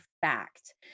fact